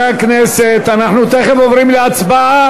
חברי הכנסת, אנחנו תכף עוברים להצבעה.